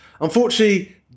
Unfortunately